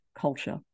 culture